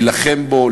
להילחם בו,